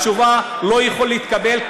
התשובה לא יכולה להתקבל,